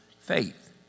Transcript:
faith